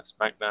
SmackDown